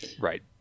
Right